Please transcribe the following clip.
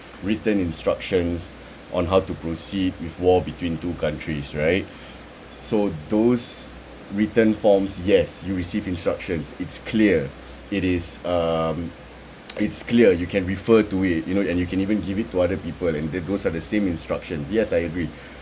written instructions on how to proceed with war between two countries right so those written forms yes you receive instructions it's clear it is um it's clear you can refer to it you know and you can even give it to other people in then those are the same instructions yes I agree